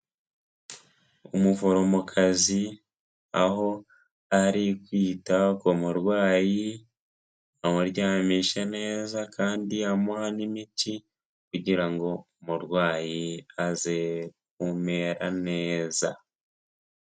Umuforomokazi aho ari kwita ku murwayi, amuryamisha neza kandi amuha n'imiti kugira ngo umurwayi aze kumera neza.